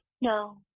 No